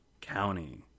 County